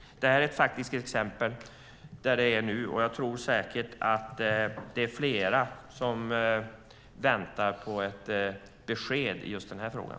Detta är ett faktiskt exempel på hur det är nu. Det är säkert flera som väntar på ett besked i just den här frågan.